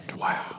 wow